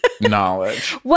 knowledge